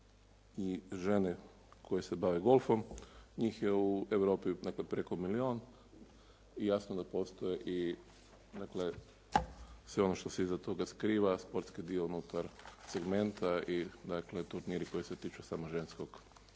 i žene koje se bave golfom, njih je u Europi preko milijun i jasno da postoje i sve ono što se iza toga skriva sportski dio unutar segmenta i dakle turniri koji se tiču samo ženskog